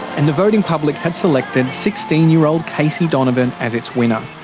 and the voting public had selected sixteen year old casey donovan as its winner.